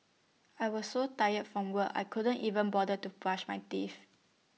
I was so tired from work I could not even bother to brush my teeth